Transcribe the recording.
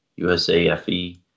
USAFE